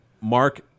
Mark